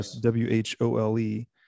W-H-O-L-E